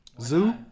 Zoo